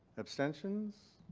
abstentions?